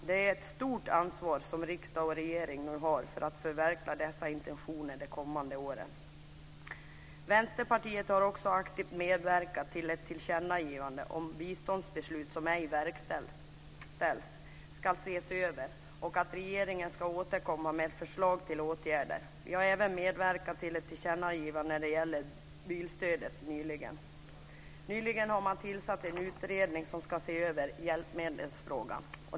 Det är ett stort ansvar som riksdag och regering nu har för att förverkliga dess intentioner de kommande åtta åren. Vänsterpartiet har också aktivt medverkat till ett tillkännagivande om att biståndsbeslut som ej verkställts ska ses över och att regeringen ska återkomma med förslag till åtgärder. Vi har även medverkat till ett tillkännagivande när det gäller bilstödet. Nyligen har man tillsatt en utredning som ska se över hjälpmedelsfrågan.